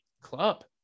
club